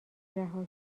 رها